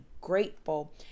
grateful